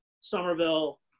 somerville